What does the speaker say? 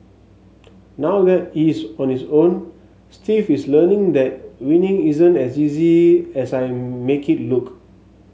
now that he is on his own Steve is learning that winning isn't as easy as I make it look